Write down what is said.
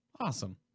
Awesome